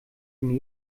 dem